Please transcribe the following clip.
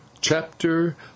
Chapter